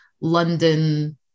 London